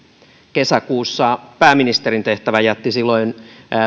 kesäkuussa pääministerin tehtävän jätti silloin